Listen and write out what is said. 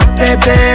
baby